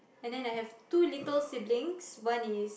and then I have two little siblings one is